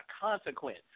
consequence